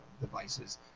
devices